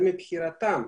זה מבחירתם,